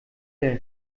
der